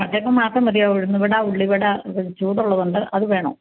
വട്ടയപ്പം മാത്രം മതിയോ ഉഴുന്ന് വട ഉള്ളിവട ചൂടുള്ളത് ഉണ്ട് അത് വേണോ